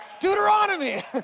Deuteronomy